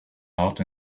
out